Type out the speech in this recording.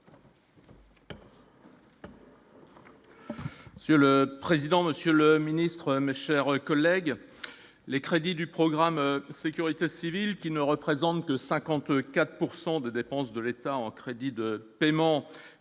Monsieur le président, monsieur le ministre, chers collègues, les crédits du programme Sécurité civile qui ne représente que 54 pourcent de dépenses de l'État en crédits de paiement